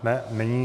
Ne, není.